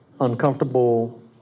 uncomfortable